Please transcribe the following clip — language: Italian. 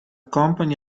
company